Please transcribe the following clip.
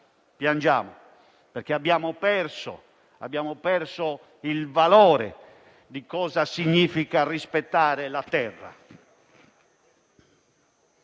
piangiamo. Abbiamo infatti perso il valore di cosa significa rispettare la terra.